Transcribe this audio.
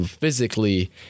physically